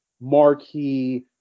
marquee